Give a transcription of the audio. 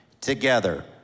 together